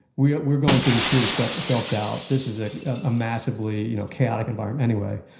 we're we're going through this period of self self doubt. this is a ah massively you know chaotic environment, anyway.